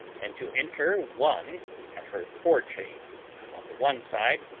and to enter one at her fore-chains on the one side,